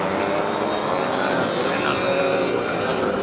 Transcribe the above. அப்படிங்களா ஏன்னால் ஒரே நாளில் ஓட்டி நடுறது